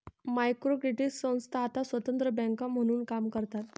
micro credit संस्था आता स्वतंत्र बँका म्हणून काम करतात